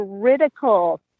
critical